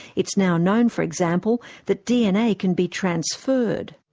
it's now known for example, that dna can be transferred.